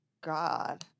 God